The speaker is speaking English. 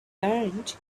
learned